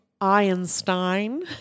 Einstein